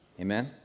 Amen